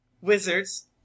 wizards